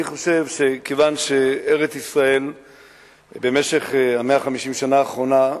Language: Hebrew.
אני חושב שארץ-ישראל הולכת ונכבשת במשך 150 שנה האחרונות,